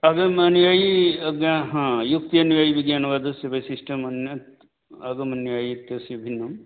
आगमानुयायी हा युक्त्यनुयायी विज्ञानवादस्य वैशिष्ट्यम् अन्यत् आगमानुयायी इत्यस्य भिन्नं